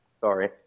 Sorry